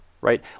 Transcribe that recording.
right